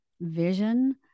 vision